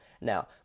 Now